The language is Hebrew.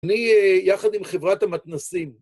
אני, יחד עם חברת המתנסים